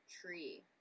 tree